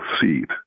seat